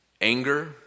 Anger